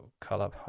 color